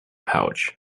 pouch